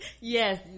yes